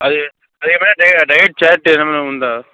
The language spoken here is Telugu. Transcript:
అది ఏమైనా డై డైట్ చార్ట్ ఏమన్నా ఉందా